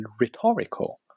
rhetorical